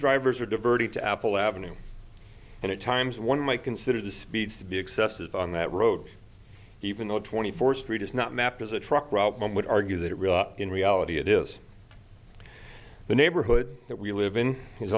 drivers are diverted to apple avenue and at times one might consider the speeds to be excessive on that road even though twenty fourth street is not mapped as a truck route one would argue that it really up in reality it is the neighborhood that we live in is